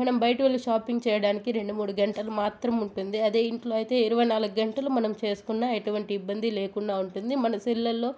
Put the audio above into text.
మనం బయటూర్లో షాపింగ్ చేయడానికి రెండు మూడు గంటలు మాత్రం ఉంటుంది అదే ఇంట్లో అయితే ఇరవై నాలుగు గంటలు మనం చేసుకున్న ఎటువంటి ఇబ్బంది లేకుండా ఉంటుంది మన సెల్లల్లో